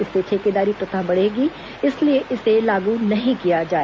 इससे ठेकेदारी प्रथा बढ़ेगी इसलिए इसे लागू न किया जाए